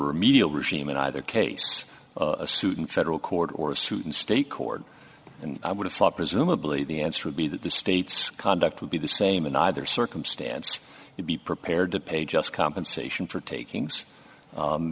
remedial regime in either case or a suit in federal court or suit in state court and i would have thought presumably the answer would be that the state's conduct would be the same in either circumstance would be prepared to pay just compensation for taking